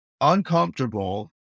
uncomfortable